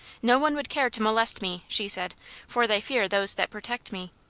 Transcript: no one would care to molest me, she said for they fear those that protect me.